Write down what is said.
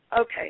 Okay